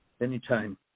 anytime